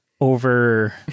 Over